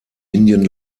indian